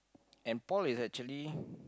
and Paul is actually